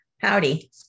Howdy